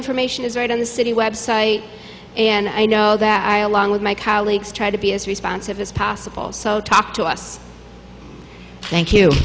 information is right on the city website and i know that i along with my colleagues try to be as responsive as possible so talk to us thank you